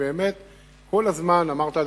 כל הזמן אמרת,